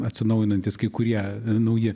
atsinaujinantys kai kurie nauji